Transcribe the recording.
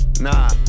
Nah